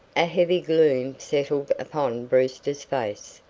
a heavy gloom settled upon brewster's face,